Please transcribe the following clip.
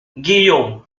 guillaume